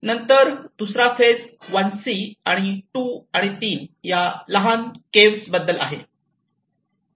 नंतर दुसरा phase 1 C 2 आणि 3 या लहान केव्ह बद्दल आहे